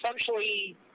essentially